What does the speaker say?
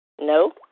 No